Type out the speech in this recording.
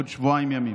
בעוד שבועיים ימים.